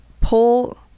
pull